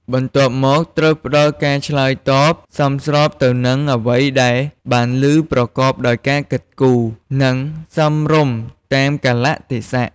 បន្ទាប់មក ត្រូវផ្ដល់ការឆ្លើយតបសមស្របទៅនឹងអ្វីដែលបានឮប្រកបដោយការគិតគូរ និងសមរម្យតាមកាលៈទេសៈ។